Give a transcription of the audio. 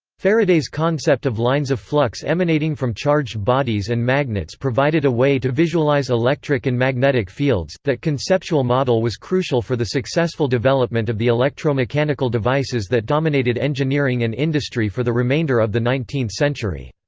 faraday's concept of lines of flux emanating from charged bodies and magnets provided a way to visualize electric and magnetic fields that conceptual model was crucial for the successful development of the electromechanical devices that dominated engineering and industry for the remainder of the nineteenth century.